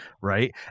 right